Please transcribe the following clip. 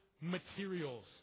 materials